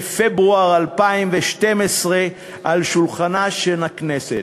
בפברואר 2012, על שולחנה של הכנסת.